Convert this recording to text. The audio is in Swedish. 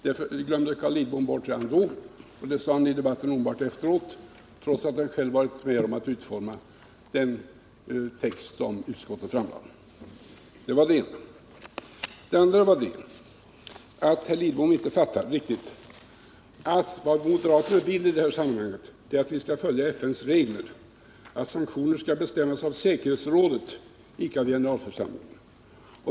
Det glömde Carl Lidbom redan då, och det sade han i debatten efteråt, trots att han själv varit med om att utforma den text som utskottet lade fram. För det andra fattade herr Lidbom inte riktigt att vad moderaterna vill i detta sammanhang är att vi skall följa FN:s regel, att sanktioner skall bestämmas i säkerhetsrådet och icke av generalförsamlingen.